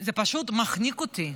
זה פשוט מחניק אותי.